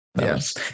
Yes